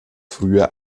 früher